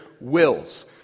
wills